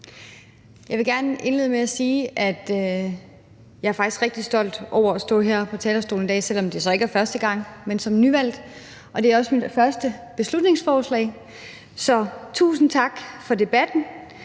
Jeg vil gerne indlede med at sige, at jeg faktisk er rigtig stolt over at stå her på talerstolen i dag, selv om det så ikke er første gang, men det er mit første beslutningsforslag. Så tusind tak for debatten.